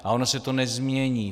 A ono se to nezmění.